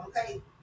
okay